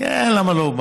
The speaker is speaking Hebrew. כן, למה לא?